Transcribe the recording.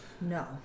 No